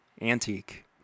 Antique